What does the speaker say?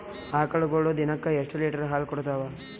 ಆಕಳುಗೊಳು ದಿನಕ್ಕ ಎಷ್ಟ ಲೀಟರ್ ಹಾಲ ಕುಡತಾವ?